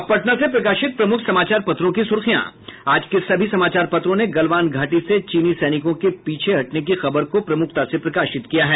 अब पटना से प्रकाशित प्रमुख समाचार पत्रों की सुर्खियां आज के सभी समाचार पत्रों ने गलवान घाटी से चीनी सैनिकों के पीछे हटने की खबर को प्रमुखता से प्रकाशित किया है